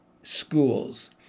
schools